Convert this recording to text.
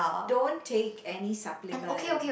don't take any supplement